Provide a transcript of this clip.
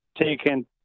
taken